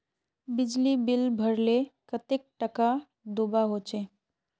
बिजली बिल भरले कतेक टाका दूबा होचे?